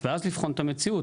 ואז לבחון את המציאות?